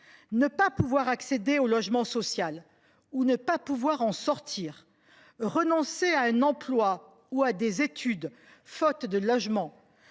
Ne pas pouvoir accéder au logement social ou ne pas pouvoir en sortir, renoncer à un emploi ou à des études faute de logement,